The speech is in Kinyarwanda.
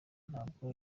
ntabwo